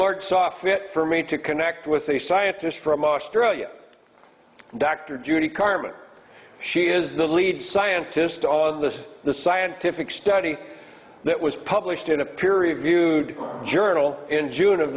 lord saw fit for me to connect with the scientists from australia dr judy carman she is the lead scientist on this the scientific study that was published in a peer reviewed journal in june of